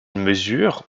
mesure